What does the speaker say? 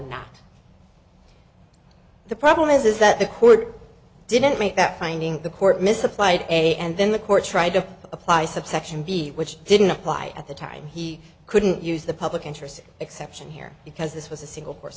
not the problem is is that the court didn't make that finding the court misapplied a and then the court tried to apply subsection b which didn't apply at the time he couldn't use the public interest exception here because this was a single course